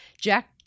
Jack